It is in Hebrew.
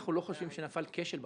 אנחנו לא חושבים שנפל כשל בבחינה.